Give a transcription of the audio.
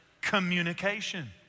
Communication